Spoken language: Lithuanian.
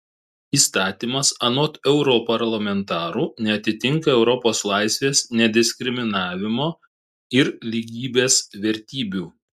įstatymas anot europarlamentarų neatitinka europos laisvės nediskriminavimo ir lygybės vertybių